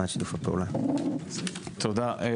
תודה.